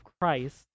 Christ